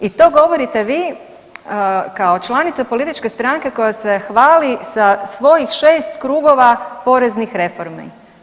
I to govorite vi kao članica političke stranke koja se hvali sa svojih 6 krugova poreznih reformi.